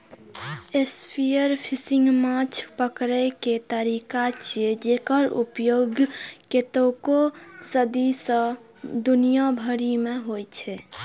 spearfishing माछ पकड़ै के तरीका छियै, जेकर उपयोग कतेको सदी सं दुनिया भरि मे होइ छै